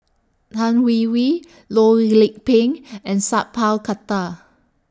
Tan Hwee Hwee Loh Lik Peng and Sat Pal Khattar